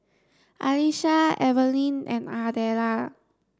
Alecia Evelyne and Ardella